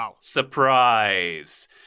surprise